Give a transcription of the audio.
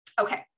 Okay